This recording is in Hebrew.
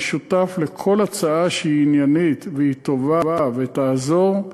אני שותף לכל הצעה שהיא עניינית והיא טובה ותעזור.